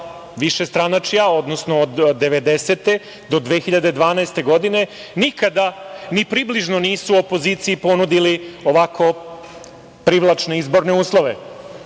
višestranačja, odnosno od 1990. do 2012. godine, nikada ni približno nisu opoziciji ponudili ovako privlačne izborne uslove.